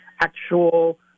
actual